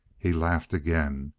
he laughed again.